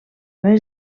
més